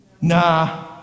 Nah